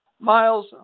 Miles